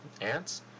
ants